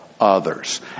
others